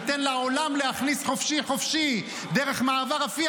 ניתן לעולם להכניס חופשי-חופשי דרך מעבר רפיח,